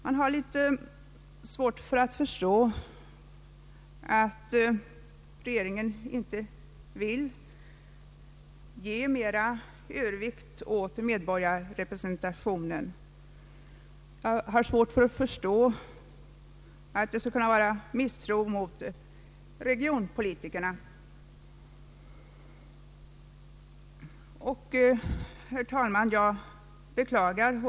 Man har svårt att förstå att regeringen inte vill ge övervikt åt medborgarrepresentationen, och jag har svårt att förstå denna misstro mot regionspolitikerna. Herr talman!